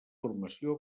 formació